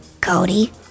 Cody